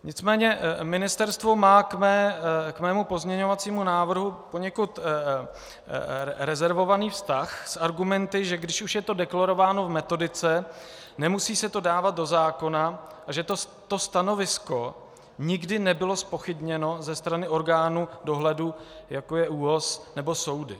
Nicméně ministerstvo má k mému pozměňovacímu návrhu poněkud rezervovaný vztah s argumenty, že když už je to deklarováno v metodice, nemusí se to dávat do zákona, a že to stanovisko nikdy nebylo zpochybněno ze strany orgánů dohledu, jako je ÚOHS nebo soudy.